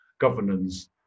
governance